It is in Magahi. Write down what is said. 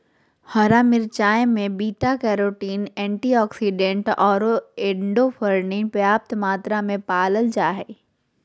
हरा मिरचाय में बीटा कैरोटीन, एंटीऑक्सीडेंट आरो एंडोर्फिन पर्याप्त मात्रा में पाल जा हइ